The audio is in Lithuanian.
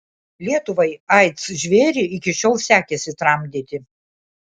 lietuvai aids žvėrį iki šiol sekėsi tramdyti